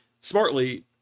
smartly